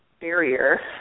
barrier